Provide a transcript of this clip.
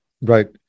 Right